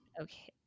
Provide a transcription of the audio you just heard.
Okay